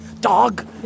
dog